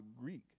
Greek